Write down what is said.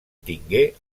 tingué